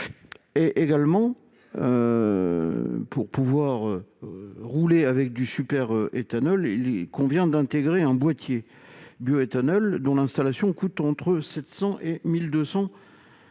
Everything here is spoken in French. est française. Pour rouler avec du superéthanol, il convient d'intégrer un boîtier bioéthanol, dont l'installation coûte entre 700 euros et 1 200 euros.